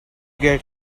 get